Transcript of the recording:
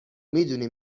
میدونی